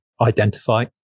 identify